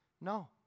No